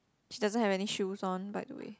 she doesn't have any shoes on by the way